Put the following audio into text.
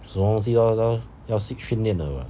什么东西都要都要去训练的 [what]